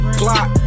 clock